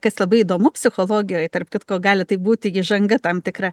kas labai įdomu psichologijoj tarp kitko gali tai būti įžanga tam tikra